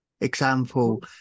Example